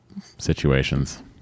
situations